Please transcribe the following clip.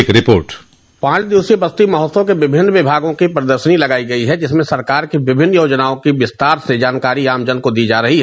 एक रिपोर्ट पांच दिवसीय बस्ती महोत्सव में विभिन्न विभागों की प्रदर्शनी लगायी गई हैं जिसमें सरकार की विभिन्न योजनाओं की विस्तार से जानकारी आमजन को दी जा रही है